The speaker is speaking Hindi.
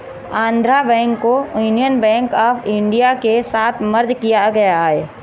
आन्ध्रा बैंक को यूनियन बैंक आफ इन्डिया के साथ मर्ज किया गया है